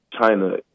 China